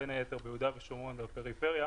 בין היתר ביהודה ושומרון ובפריפריה,